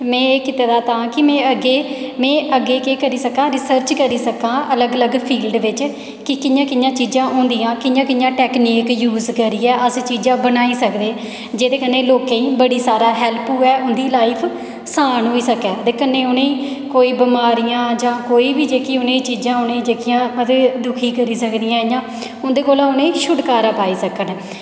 में एह् कीते दा तां कि में अग्गें में अग्गें केह् करी सकां में रिसर्च करी सकां अलग अलग फील्ड बिच्च कि कि'यां कि'यां चीजां होंदियां कि'यां टैकनीक यूज करियै अस चीजां बनाई सकदे जेह्दे कन्नै लोंकें गी बड़ी सारी हैल्प होऐ उं'दा लाईफ असान होई सकै ते कन्नै उ'नेंगी कोई बमारियां जां कोई बी जेह्की चीजां उ'नेंगी जेह्कियां मतलब दुखी करी सकदियां इ'यां उं'दे कोला जा उ'नेंगी छुटकारा पाई सकन